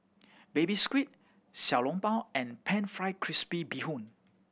Baby Squid Xiao Long Bao and Pan Fried Crispy Bee Hoon